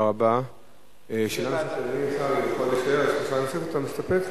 ועדת חוץ וביטחון.